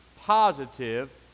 positive